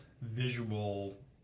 visual